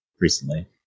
recently